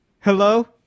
Hello